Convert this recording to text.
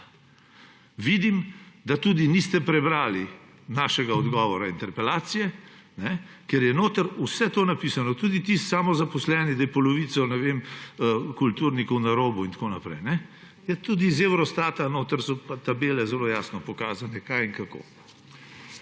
vidim, da niste prebrali našega odgovora na interpelacijo, ker je notri vse to napisano, tudi tisto o samozaposlenih, da je polovica kulturnikov na robu in tako naprej. Ja, tudi iz Eurostata je notri, tabele so pa zelo jasno pokazane, kaj in kako.